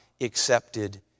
accepted